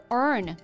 earn